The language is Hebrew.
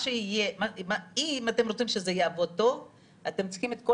אם אתם רוצים שזה יעבוד טוב אתם צריכים את כל